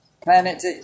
planet